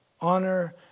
honor